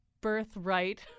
birthright